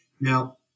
Now